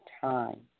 time